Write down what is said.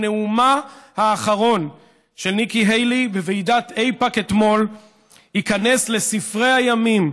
שנאומה האחרון של ניקי היילי בוועידת איפא"ק אתמול ייכנס לספרי הימים